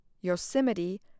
Yosemite